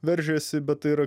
veržiasi bet tai yra